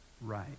right